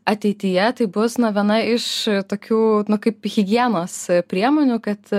ateityje tai bus na viena iš tokių kaip higienos priemonių kad